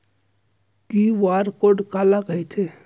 QR code काला कहिथे?